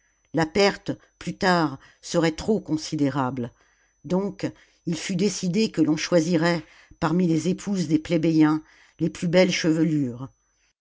la perte plus tard serait trop considérable donc ii fut décidé que l'on choisirait parmi les épouses des plébéiens les plus belles chevelures